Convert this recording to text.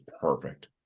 perfect